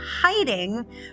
hiding